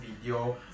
video